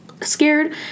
scared